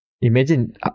Imagine